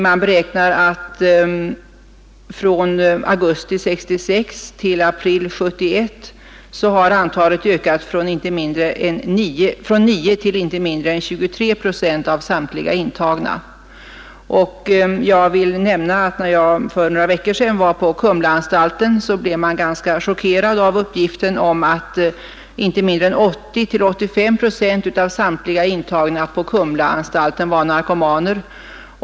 Man beräknar att detta antal från augusti 1966 till april 1971 har ökat från 9 procent till inte mindre än 23 procent av 125 samtliga intagna. När jag för några veckor sedan var på Kumlaanstalten blev jag ganska chockerad av uppgiften att inte mindre än 80—85 procent av samtliga intagna på Kumlaanstalten var narkomaner.